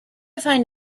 find